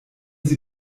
sie